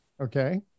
okay